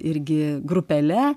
irgi grupele